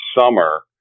summer